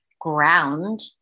ground